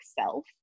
self